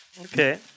Okay